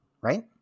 right